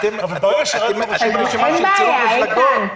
אתם רשימה של צירוף מפלגות.